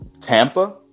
Tampa